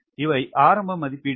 இவை ஆரம்ப மதிப்பீடுகள்